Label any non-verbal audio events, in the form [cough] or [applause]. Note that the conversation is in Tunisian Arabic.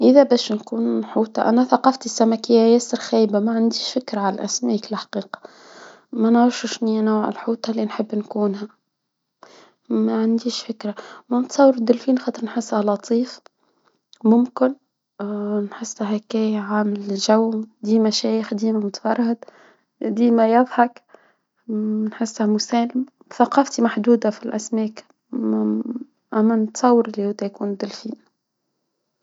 الا باش نكون محوطة أنا ثقافتي السمكية ياسر خايبة ما عنديش فكرة ما نعرفش شني أنا الحوطة لي نحب نكونها ما عنديش فكرة لطيف ممكن [hesitation] نحس بهكايا عاملة جو له مشايخ ديما يضحك ثقافتي محدودة في الأسماك.